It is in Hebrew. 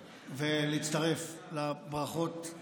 להצטרף לברכות העתידיות.